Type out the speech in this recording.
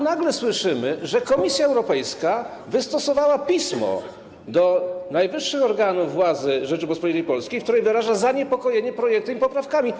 Nagle słyszymy, że Komisja Europejska wystosowała pismo do najwyższych organów władzy Rzeczypospolitej Polskiej, w którym wyraża zaniepokojenie projektem i poprawkami.